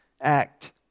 act